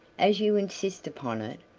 as you insist upon it,